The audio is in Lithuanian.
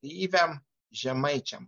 lyviam žemaičiam